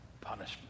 punishment